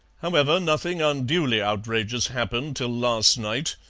however, nothing unduly outrageous happened till last night,